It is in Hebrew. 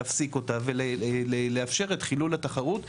להפסיק אותה ולאפשר את חילול התחרות.